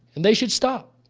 and they should stop.